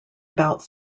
about